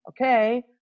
okay